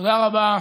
תודה רבה.